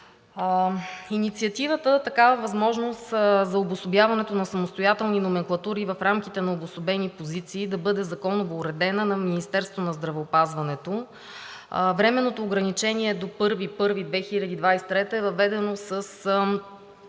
Инициативата такава възможност за обособяването на самостоятелни номенклатури в рамките на обособени позиции да бъде законово уредена на Министерството на здравеопазването, временното ограничение е до 1 януари 2023 г. и е въведено